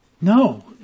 No